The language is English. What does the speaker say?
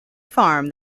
farm